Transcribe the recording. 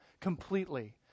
completely